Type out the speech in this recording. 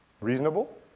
Reasonable